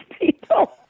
people